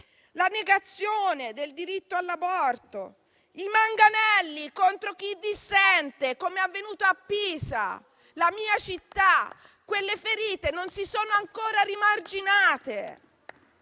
alla negazione del diritto all'aborto, ai manganelli contro chi dissente, come è avvenuto a Pisa, la mia città: quelle ferite non si sono ancora rimarginate.